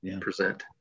present